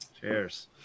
Cheers